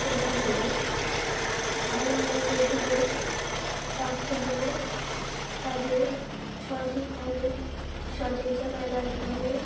সেটা হলো ভালোভাবে পশুদের রাখতে হবে তাদের সঠিকভাবে সঠিক জায়গায় রাখতে হবে